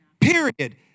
Period